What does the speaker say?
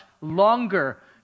longer